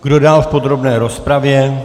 Kdo dál v podrobné rozpravě?